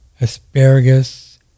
asparagus